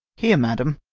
here, madam,